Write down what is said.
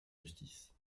justice